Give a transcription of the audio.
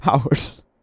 hours